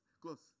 Close